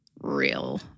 real